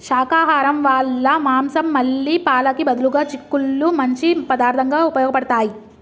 శాకాహరం వాళ్ళ మాంసం మళ్ళీ పాలకి బదులుగా చిక్కుళ్ళు మంచి పదార్థంగా ఉపయోగబడతాయి